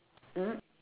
mm